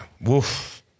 Woof